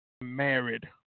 married